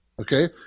okay